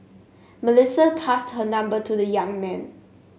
Melissa passed her number to the young man